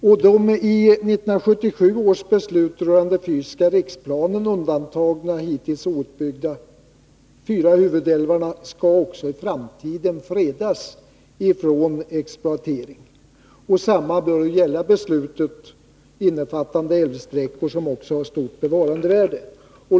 Och de i 1977 års beslut rörande den fysiska riksplanen undantagna hittills outbyggda fyra huvudälvarna skall också i framtiden fredas från exploatering. Detsamma bör gälla de älvsträckor som har stort bevarandevärde.